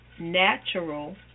natural